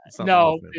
No